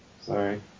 Sorry